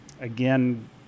again